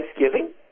Thanksgiving